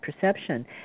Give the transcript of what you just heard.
perception